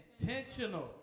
Intentional